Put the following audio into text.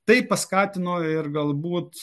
tai paskatino ir galbūt